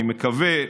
אני מקווה,